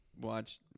watch